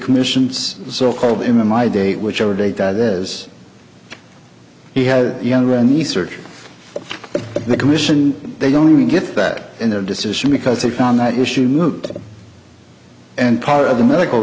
commission's so called him in my date whichever date that is he had young rennie search the commission they don't even get that in their decision because they found that issue moot and part of the medical